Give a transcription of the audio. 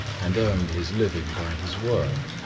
and earned his living by his work.